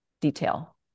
detail